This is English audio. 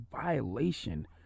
violation